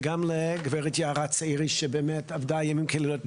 וגם לגברת יערה צעירי שבאמת עבדה לילות כימים.